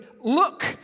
look